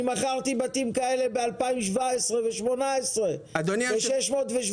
אני מכרתי בתים ב-2017 וב-2018 ב-600,000,